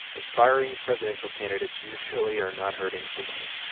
aspiring presidential candidates usually are not hurting for money.